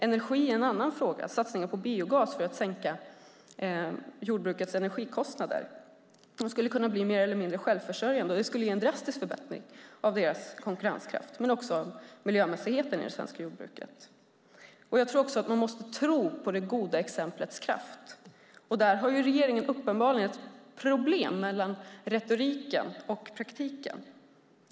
Energi är en annan fråga, med satsningen på biogas för att sänka jordbrukets energikostnader. Man skulle kunna bli mer eller mindre självförsörjande, och det skulle innebära en drastisk förbättring av jordbrukarnas konkurrenskraft och också av miljömässigheten i det svenska jordbruket. Man måste tro på det goda exemplets kraft. Där har regeringen uppenbarligen ett problem mellan retoriken och praktiken.